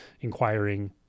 inquiring